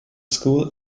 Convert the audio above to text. school